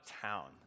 town